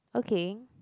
okay